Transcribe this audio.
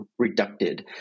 reducted